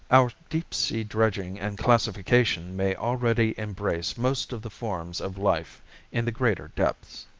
our deep sea dredging and classification may already embrace most of the forms of life in the greater depths.